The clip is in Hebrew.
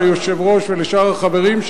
ליושב-ראש ולשאר החברים,